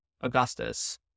Augustus